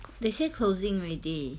they say closing already